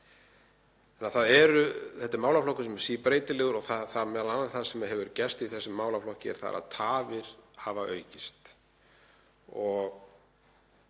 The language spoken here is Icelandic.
Þetta er málaflokkur sem er síbreytilegur og m.a. það sem hefur gerst í þessum málaflokki er að tafir hafa aukist.